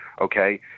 Okay